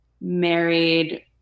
married